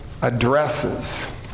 addresses